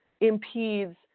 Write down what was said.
impedes